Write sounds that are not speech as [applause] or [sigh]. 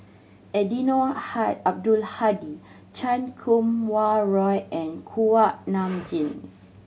Eddino [unintelligible] Abdul Hadi Chan Kum Wah Roy and Kuak Nam Jin